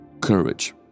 courage